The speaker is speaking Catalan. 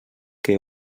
que